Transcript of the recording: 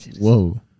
Whoa